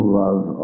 love